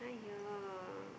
!aiyo